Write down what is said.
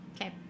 Okay